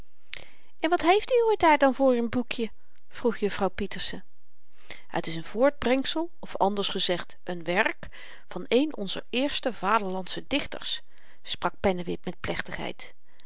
en wat heeft uwe daar dan voor'n boekje vroeg juffrouw pieterse het is een voortbrengsel of anders gezegd een werk van een onzer eerste vaderlandsche dichters sprak pennewip met plechtigheid